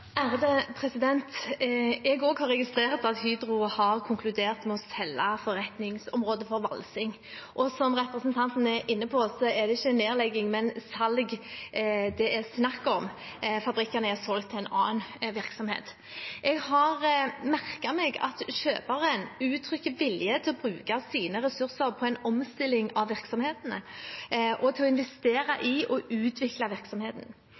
Jeg har også registrert at Hydro har konkludert med å selge forretningsområdet for valsing, og som representanten er inne på, er det ikke nedlegging, men salg det er snakk om. Fabrikkene er solgt til en annen virksomhet. Jeg har merket meg at kjøperen uttrykker vilje til å bruke sine ressurser på en omstilling av virksomhetene og til å investere i og utvikle